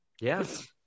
Yes